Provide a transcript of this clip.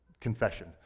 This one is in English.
confession